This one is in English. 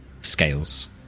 scales